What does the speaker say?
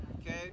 okay